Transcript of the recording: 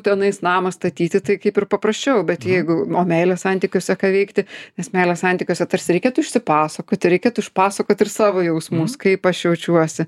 tenais namą statyti tai kaip ir paprasčiau bet jeigu o meilės santykiuose ką veikti nes meilės santykiuose tarsi reikėtų išsipasakoti reikėtų išpasakoti ir savo jausmus kaip aš jaučiuosi